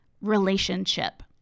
relationship